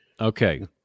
Okay